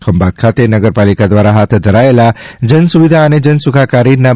ખંભાત ખાતે નગરપાલિકા દ્વારા હાથ ધરાયેલા જનસુવિધા અને જન સુખાકારીના રૂ